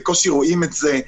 בקושי רואים את זה,